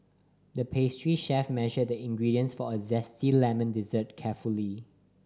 the pastry chef measured the ingredients for a zesty lemon dessert carefully